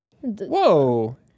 Whoa